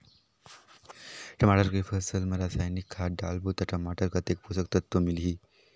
टमाटर के फसल मा रसायनिक खाद डालबो ता टमाटर कतेक पोषक तत्व मिलही?